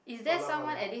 oh love one ah